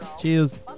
Cheers